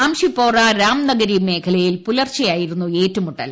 അംഷിപ്പോറ രാംനഗരി മേഖലയിൽ പുലർച്ചെയായിരുന്നു ഏറ്റുമുട്ടൽ